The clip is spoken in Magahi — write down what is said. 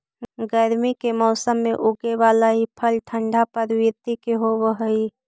गर्मी के मौसम में उगे बला ई फल ठंढा प्रवृत्ति के होब हई